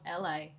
LA